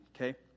okay